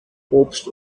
obst